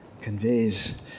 conveys